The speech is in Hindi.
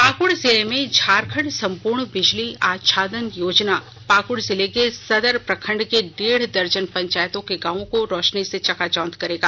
पाक्ड जिले में झारखण्ड सम्पूर्ण बिजली आच्छादन योजना पाक्ड जिले के सदर प्रखंड के डेढ़ दजर्न पंचायतों के गांवों को रोशनी से चकाचौंध करेगा